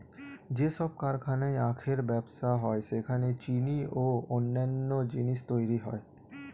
যেসব কারখানায় আখের ব্যবসা হয় সেখানে চিনি ও অন্যান্য জিনিস তৈরি হয়